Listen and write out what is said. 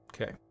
Okay